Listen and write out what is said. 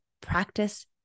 practice